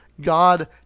God